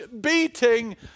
beating